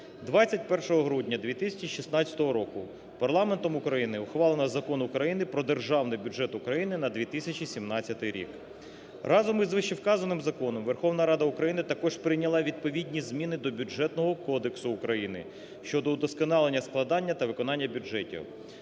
21 грудня 2016 року парламентом України ухвалено Закон України "Про Державний бюджет України на 2017 рік". Разом із вищевказаним законом Верховна Рада України також прийняла відповідні зміни до Бюджетного кодексу України щодо удосконалення складання та виконання бюджетів.